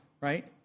right